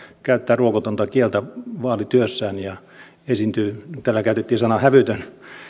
käyttää ruokotonta kieltä vaalityössään ja esiintyy täällä käytettiin sanaa hävytön